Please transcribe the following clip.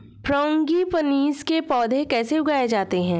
Frangipanis के पौधे कैसे उगाए जाते हैं?